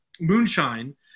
moonshine